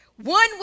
one